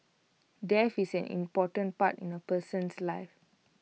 death is an important part in A person's life